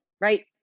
Right